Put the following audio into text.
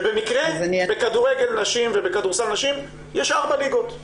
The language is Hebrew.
כשבמקרה בכדורגל נשים ובכדורסל נשים יש ארבע ליגות.